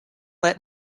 let